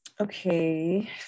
okay